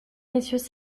messieurs